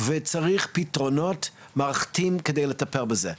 וצריך פתרונות מערכתיים כדי לטפל בזה.